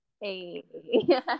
Hey